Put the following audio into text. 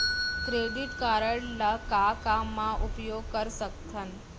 Credit card ला का का मा उपयोग कर सकथन?